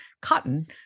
Cotton